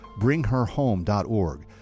bringherhome.org